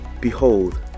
Behold